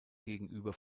gegenüber